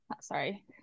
sorry